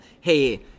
hey